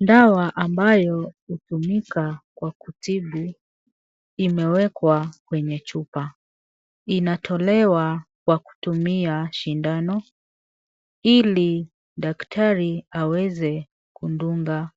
Dawa amabayo hutumika kwa kutibu imewekwa kwenye chupa inatolewa kwa kutumia shindano ili daktari aweze kudunga